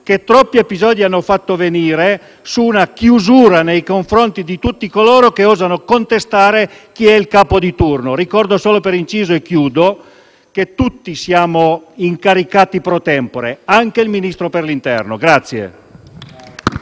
che troppi episodi hanno fatto venire su una «chiusura» nei confronti di tutti coloro che osano contestare il capo di turno. In conclusione, ricordo solo per inciso che tutti siamo incaricati *pro tempore*, anche il Ministro dell'interno.